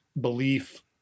belief